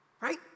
right